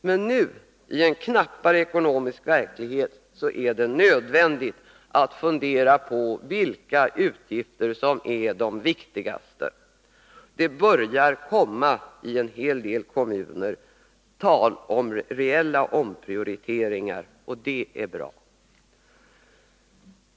Men nu, i en knappare ekonomisk verklighet, är det nödvändigt att fundera på vilka utgifter som är de viktigaste. Det börjar i en hel del kommuner bli tal om reella omprioriteringar, och det är bra.